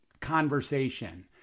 conversation